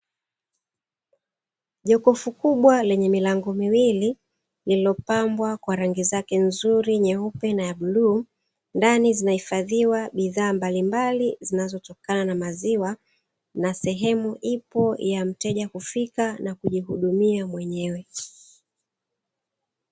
Jokofu kubwa lenye milango miwili, lililopambwa kwa rangi zake nzuri nyeupe na ya bluu, ndani zimehifadhiwa bidhaa mbalimbali zinazotokana na maziwa na sehemu ipo ya mteja kufika na kujihudumia mwenyewe.